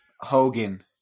Hogan